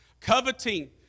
coveting